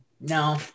No